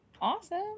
Awesome